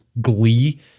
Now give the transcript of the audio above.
glee